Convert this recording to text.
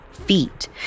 Feet